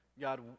God